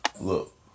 Look